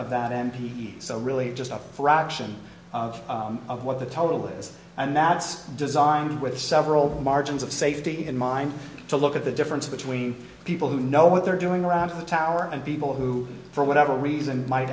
of that m p so really just a fraction of what the total is and that's designed with several margins of safety in mind to look at the difference between people who know what they're doing around the tower and people who for whatever reason might